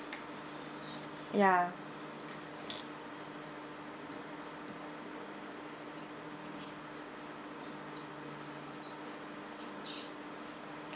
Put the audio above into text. ya